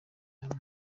hamwe